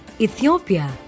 ethiopia